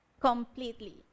completely